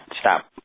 stop